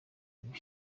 nta